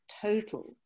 total